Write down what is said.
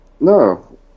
No